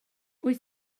wyt